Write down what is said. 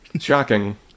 Shocking